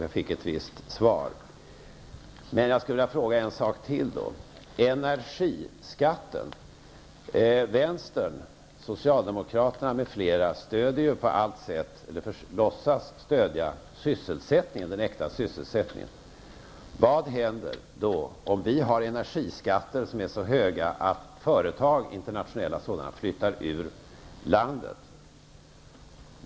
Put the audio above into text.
Jag fick ett visst svar, men jag skulle vilja fråga en sak till, och då om energiskatten. Vänstern, socialdemokraterna m.fl. stöder ju på allt sätt -- eller låtsas stödja -- sysselsättningen, den äkta sysselsättningen. Vad händer då, om vi i Sverige har energiskatter som är så höga att internationella företag flyttar ur landet?